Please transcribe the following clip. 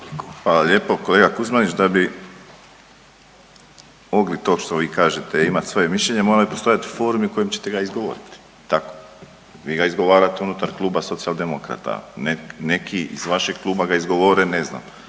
Hvala lijepo. Kolega Kuzmanić, da bi mogli to što vi kažete, imati svoje mišljenje, mora postojati u formi u kojem ćete ga izgovoriti. Je li tako? Vi ga izgovarate unutar Kluba socijaldemokrata, ne, neki iz vašeg kluba ga izgovore, ne znam,